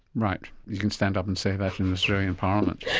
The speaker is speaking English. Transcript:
right. you can stand up and say that in australian parliament.